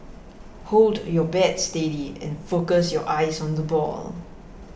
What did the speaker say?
hold your bat steady and focus your eyes on the ball